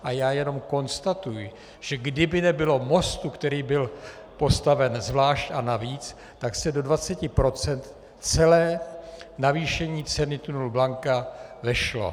A já jenom konstatuji, že kdyby nebylo mostu, který byl postaven zvlášť a navíc, tak se do 20 % celé navýšení ceny tunelu Blanka vešlo.